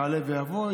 יעלה ויבוא,